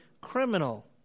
criminal